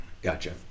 Gotcha